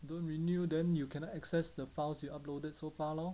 don't renew then you cannot access the files you uploaded so far lor